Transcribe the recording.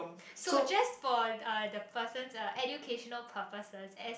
so just for uh the person's uh educational purposes S